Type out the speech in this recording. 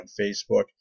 Facebook